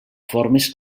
formes